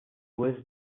was